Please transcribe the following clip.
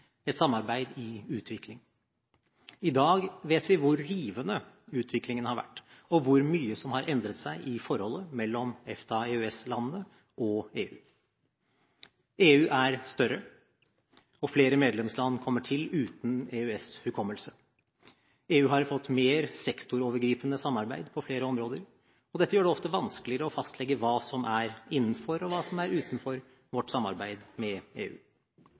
et samarbeid i utvikling. I dag vet vi hvor rivende utviklingen har vært, og hvor mye som har endret seg i forholdet mellom EFTA–EØS-landene og EU. EU er større, og flere medlemsland kommer til uten EØS’ hukommelse. EU har fått mer sektorovergripende samarbeid på flere områder, og dette gjør det ofte vanskeligere å fastlegge hva som er innenfor, og hva som er utenfor vårt samarbeid med EU.